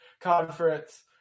conference